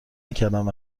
نکردم